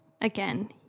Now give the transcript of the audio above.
again